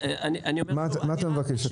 מה אתה מבקש?